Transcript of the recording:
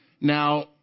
Now